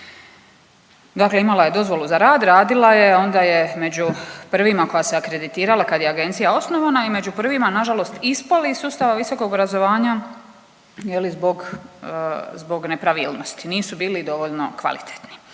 Dakle, imala je dozvolu za rad, radila, a onda je među prvima koja se akreditirala kad je agencija osnovana i među prvima nažalost ispali iz sustava visokog obrazovanja zbog nepravilnosti, nisu bili dovoljno kvalitetni.